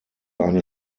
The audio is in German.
eine